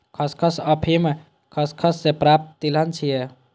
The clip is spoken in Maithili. खसखस अफीम खसखस सं प्राप्त तिलहन छियै